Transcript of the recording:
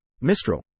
mistral